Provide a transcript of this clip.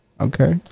Okay